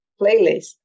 playlist